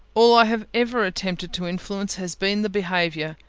all i have ever attempted to influence has been the behaviour.